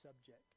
subject